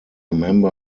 member